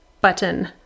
button